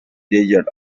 desert